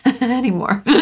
anymore